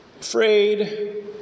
Afraid